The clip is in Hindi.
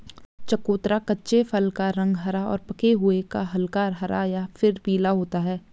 चकोतरा कच्चे फल का रंग हरा और पके हुए का हल्का हरा या फिर पीला होता है